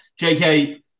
JK